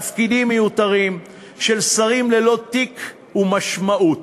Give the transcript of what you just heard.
תפקידים מיותרים של שרים ללא תיק ומשמעות.